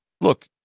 look